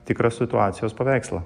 tikrą situacijos paveikslą